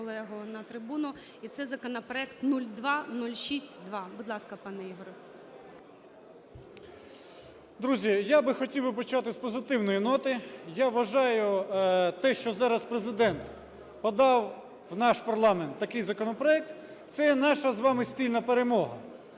Друзі, я би хотів би почати з позитивної ноти. Я вважаю, те, що зараз Президент подав в наш парламент такий законопроект, - це наша з вами спільна перемога.